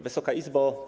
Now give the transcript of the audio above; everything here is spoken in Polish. Wysoka Izbo!